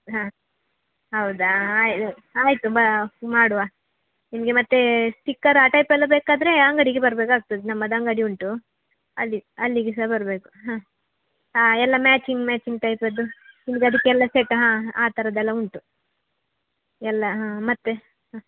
ಹಾಂ ಹೌದಾ ಆಯ್ ಆಯಿತು ಬಾ ಮಾಡುವ ನಿಮಗೆ ಮತ್ತು ಸ್ಟಿಕ್ಕರ್ ಆ ಟೈಪೆಲ್ಲ ಬೇಕಾದರೆ ಅಂಗಡಿಗೆ ಬರ್ಬೇಕಾಗ್ತದೆ ನಮ್ಮದು ಅಂಗಡಿ ಉಂಟು ಅಲ್ಲಿ ಅಲ್ಲಿಗೆ ಸಹ ಬರಬೇಕು ಹಾಂ ಹಾಂ ಎಲ್ಲ ಮ್ಯಾಚಿಂಗ್ ಮ್ಯಾಚಿಂಗ್ ಟೈಪದ್ದು ನಿಮ್ಗೆ ಅದಕ್ಕೆಲ್ಲ ಸೆಟ್ ಹಾಂ ಆ ಥರದ್ದೆಲ್ಲ ಉಂಟು ಎಲ್ಲ ಹಾಂ ಮತ್ತು ಹಾಂ